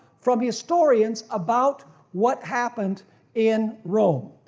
from historians about what happened in rome,